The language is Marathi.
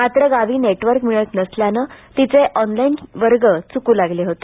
मात्र गावी नेटवर्क मिळत नसल्यानं तिचे ऑनलाईन वर्ग चुकू लागले होते